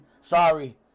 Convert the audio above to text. sorry